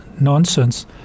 nonsense